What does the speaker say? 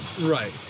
Right